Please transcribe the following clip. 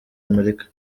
amerika